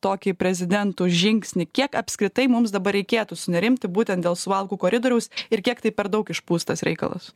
tokį prezidentų žingsnį kiek apskritai mums dabar reikėtų sunerimti būtent dėl suvalkų koridoriaus ir kiek tai per daug išpūstas reikalas